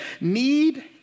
need